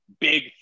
big